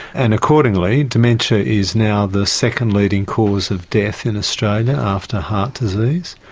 and accordingly, dementia is now the second leading cause of death in australia after heart disease.